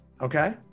Okay